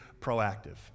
proactive